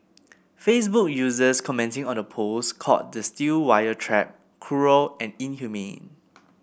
Facebook users commenting on the post called the steel wire trap cruel and inhumane